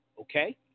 Okay